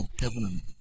heaven